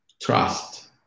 trust